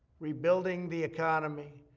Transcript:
rebuilding the economy,